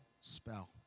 spell